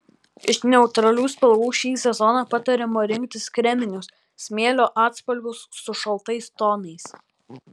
iš neutralių spalvų šį sezoną patariama rinktis kreminius smėlio atspalvius su šaltais tonais